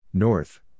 North